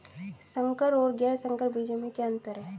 संकर और गैर संकर बीजों में क्या अंतर है?